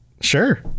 sure